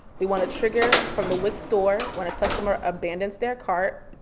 we wanna trigger from the wix store when a customer abandoned their cart.